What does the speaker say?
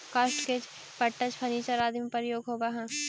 काष्ठ के पट्टा फर्नीचर आदि में प्रयोग होवऽ हई